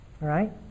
Right